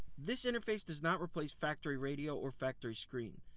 this interface does not replace factory radio or factory screen.